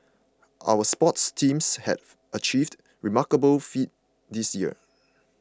our sports teams have achieved remarkable feats this year